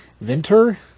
Venter